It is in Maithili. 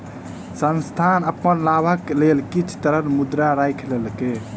संस्थान अपन लाभक लेल किछ तरल मुद्रा राइख लेलक